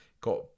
Got